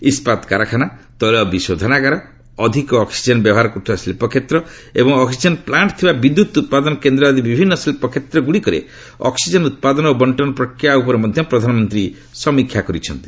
ଇସ୍କାତ୍ କାରଖାନା ତେଳ ବିଶୋଧନାଗାର ଅଧିକ ଅକୁଜେନ୍ ବ୍ୟବହାର କରୁଥିବା ଶିଳ୍ପକ୍ଷେତ୍ର ଏବଂ ଅକ୍ଟିଜେନ୍ ପ୍ଲାଣ୍ଟ ଥିବା ବିଦ୍ୟୁତ୍ ଉତ୍ପାଦନ କେନ୍ଦ୍ର ଆଦି ବିଭିନ୍ନ ଶିଳ୍ପ କ୍ଷେତ୍ର ଗୁଡ଼ିକରେ ଅକ୍ସିଜେନ୍ ଉତ୍ପାଦନ ଓ ବଣ୍ଟନ ପ୍ରକ୍ରିୟା ଉପରେ ମଧ୍ୟ ପ୍ରଧାନମନ୍ତ୍ରୀ ସମୀକ୍ଷା କରିଛନ୍ତି